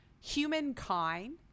humankind